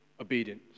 obedience